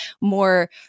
more